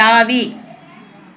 தாவி